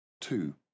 Two